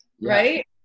right